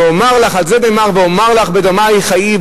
על זה נאמר: ואומר לך בדמייך חיי,